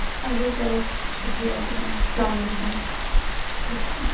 اَدٕ حظ چلو شُکریہ تُہُنٛد السلام علیکُم چلو